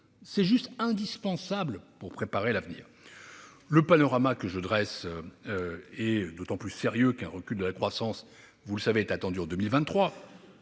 c'est juste indispensable pour préparer l'avenir. Le panorama que je dresse est d'autant plus sérieux qu'un recul de la croissance est attendu en 2023.